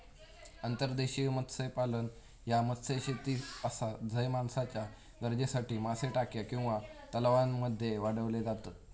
अंतर्देशीय मत्स्यपालन ह्या मत्स्यशेती आसा झय माणसाच्या गरजेसाठी मासे टाक्या किंवा तलावांमध्ये वाढवले जातत